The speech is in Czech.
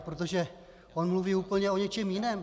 Protože on mluví úplně o něčem jiném.